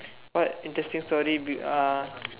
what interesting story be uh